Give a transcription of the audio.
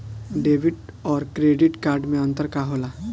Debit और credit card मे अंतर का होला?